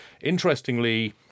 Interestingly